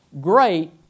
Great